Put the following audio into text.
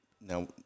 now